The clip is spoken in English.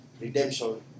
Redemption